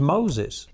Moses